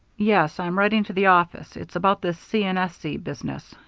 yes, i'm writing to the office. it's about this c. and s. c. business.